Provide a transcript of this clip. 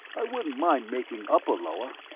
i wouldn't mind making upper-lower.